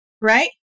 right